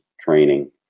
training